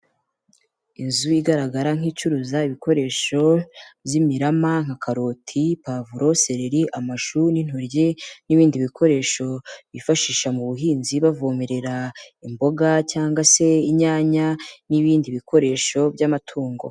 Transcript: Inzu igaragara nk'icuruza ibikoresho by'imirama nka karoti, pavuro, sereri, amashu n'intoryi n'ibindi bikoresho bifashisha mu buhinzi bavomerera imboga cyangwa se inyanya n'ibindi bikoresho by'amatungo.